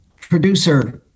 producer